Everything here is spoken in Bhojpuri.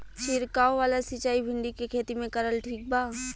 छीरकाव वाला सिचाई भिंडी के खेती मे करल ठीक बा?